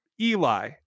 Eli